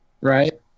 Right